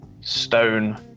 Stone